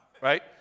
right